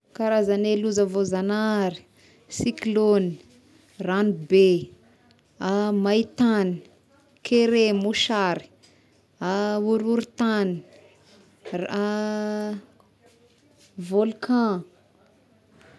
Karazagne loza voazagnahary; siklôgny, ragnobe, maitagny, kere mosary, horohon-tagny, volcan.